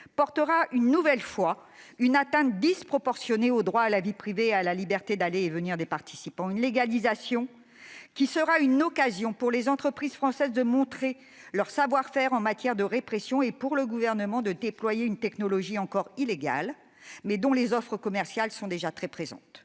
portera, une nouvelle fois, une atteinte disproportionnée au droit à la vie privée et à la liberté d'aller et venir des participants. Cette légalisation sera l'occasion, pour les entreprises françaises, de montrer leur savoir-faire en matière de répression et, pour le Gouvernement, de déployer une technologie encore illégale, mais dont l'offre commerciale est pourtant